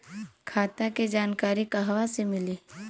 खाता के जानकारी कहवा से मिली?